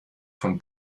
von